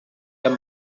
amb